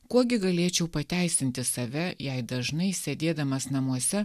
kuo gi galėčiau pateisinti save jei dažnai sėdėdamas namuose